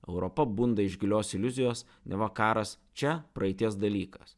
europa bunda iš gilios iliuzijos neva karas čia praeities dalykas